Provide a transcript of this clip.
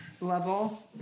level